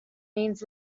means